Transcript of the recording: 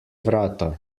vrata